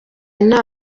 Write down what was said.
nta